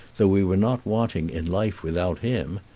though we were not wanting in life without him.